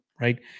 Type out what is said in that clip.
right